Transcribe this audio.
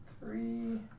three